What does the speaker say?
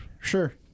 Sure